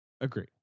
agree